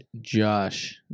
Josh